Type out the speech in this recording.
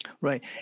Right